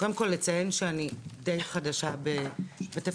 קודם כל אציין שאני די חדשה בתפקיד,